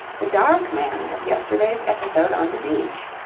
the dark man of yesterday's episode on the beach,